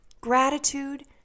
Gratitude